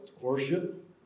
Worship